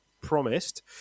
promised